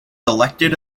elected